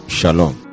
Shalom